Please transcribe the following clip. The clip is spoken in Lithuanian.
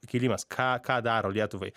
kilimas ką ką daro lietuvai